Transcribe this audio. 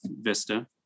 Vista